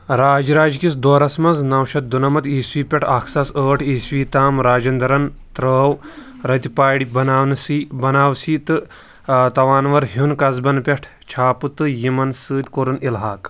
راج راج کِس دورس منٛز نو شتھ دُنمَتھ عیٖسوی پٮ۪ٹھ اکھ ساس ٲٹھ عیٖسوی تام راجندرن ترٲو رتہِ پاڈِ بناونسی بناوسی تہٕ تانور ہُن قصبن پٮ۪ٹھ چھاپہٕ تہٕ یِمن سۭتۍ کوٚرُن الحاق